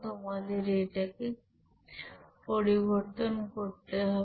তোমাদের এটাকে পরিবর্তন করতে হবে